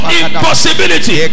impossibility